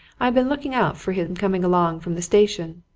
i've been looking out for him coming along from the station.